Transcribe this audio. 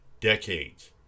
decades